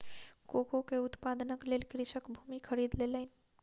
cocoa के उत्पादनक लेल कृषक भूमि खरीद लेलैन